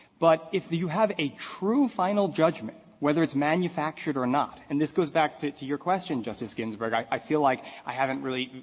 but if you have a true final judgment, whether it's manufactured or not, and this goes back to to your question, justice ginsburg. i i feel like i haven't really,